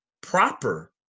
proper